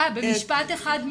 במשפט אחד,